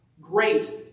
Great